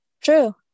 True